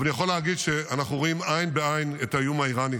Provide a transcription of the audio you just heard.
אבל אני יכול להגיד שאנחנו רואים עין בעין את האיום האיראני.